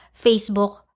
facebook